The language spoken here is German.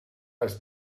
ist